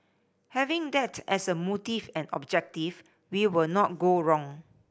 having that as a motive and objective we will not go wrong